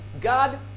God